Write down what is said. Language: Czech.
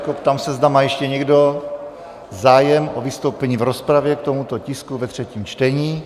Ptám se, zda má ještě někdo zájem o vystoupení v rozpravě k tomuto tisku ve třetím čtení?